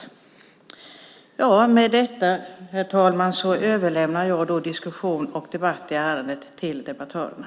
Herr talman! Med detta överlämnar jag diskussion och debatt i ärendet till debattörerna.